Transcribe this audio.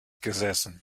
gesessen